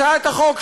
הצעת החוק,